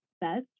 best